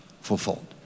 fulfilled